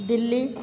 Delhi